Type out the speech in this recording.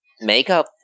Makeup